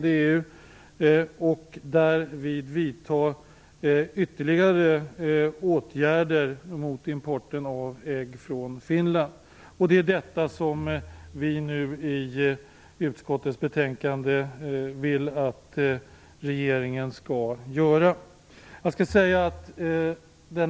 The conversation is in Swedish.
till EU för att vidta ytterligare åtgärder mot importen av ägg från Finland. Vi framhåller i utskottets betänkande att vi vill att regeringen skall göra detta.